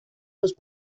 sus